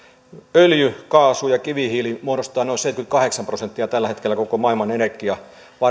öljy kaasu ja kivihiili muodostavat noin seitsemänkymmentäkahdeksan prosenttia tällä hetkellä koko maailman